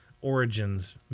origins